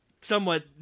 somewhat